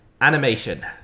animation